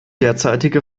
derzeitige